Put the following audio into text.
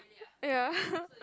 ya